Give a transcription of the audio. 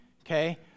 Okay